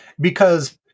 Because-